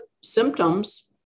symptoms